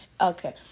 okay